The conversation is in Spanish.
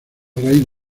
raíz